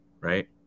right